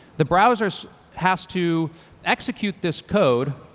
the browser has to execute this code